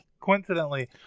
coincidentally